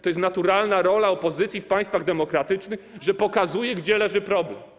To jest naturalna rola opozycji w państwach demokratycznych, że pokazuje, gdzie leży problem.